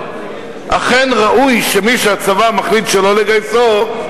אכן ראוי שמי שהצבא מחליט שלא לגייסו,